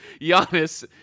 Giannis